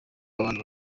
w’abana